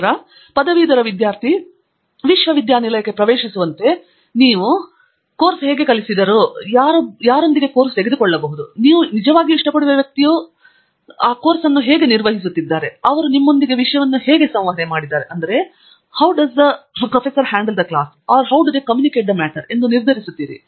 ನಂತರ ಪದವೀಧರ ವಿದ್ಯಾರ್ಥಿ ವಿಶ್ವವಿದ್ಯಾನಿಲಯಕ್ಕೆ ಪ್ರವೇಶಿಸುವಂತೆ ನೀವು ಕೋರ್ಸ್ ಹೇಗೆ ಕಲಿಸಿದರು ಯಾರೊಬ್ಬರೊಂದಿಗೆ ಕೋರ್ಸ್ ತೆಗೆದುಕೊಳ್ಳಬಹುದು ನೀವು ನಿಜವಾಗಿಯೂ ಇಷ್ಟಪಡುವ ವ್ಯಕ್ತಿಯು ವರ್ಗವನ್ನು ಹೇಗೆ ನಿರ್ವಹಿಸುತ್ತಿದ್ದಾರೆ ಅವರು ನಿಮ್ಮೊಂದಿಗೆ ವಿಷಯ ಹೇಗೆ ಸಂವಹನ ಮಾಡಿದ್ದಾರೆ ಎಂದು ನಿರ್ಧರಿಸುತ್ತೀರಿ